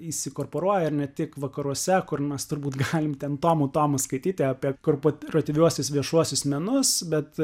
įsikorporuoja ir ne tik vakaruose kur mes turbūt galim ten tomų tomus skaityti apie korporatyviuosius viešuosius menus bet